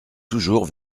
toujours